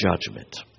judgment